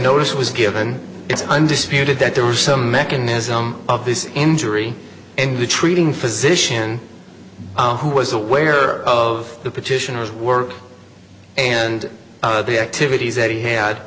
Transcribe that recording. notice was given it's undisputed that there were some mechanism of this injury and the treating physician who was aware of the petitioner's work and the activities that he had